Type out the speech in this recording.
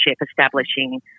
establishing